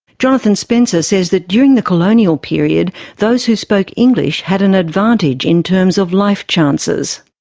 jonathan spencer says that during the colonial period those who spoke english had an advantage in terms of life chances.